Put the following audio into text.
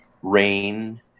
Rain